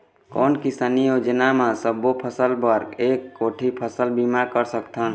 कोन किसानी योजना म सबों फ़सल बर एक कोठी फ़सल बीमा कर सकथन?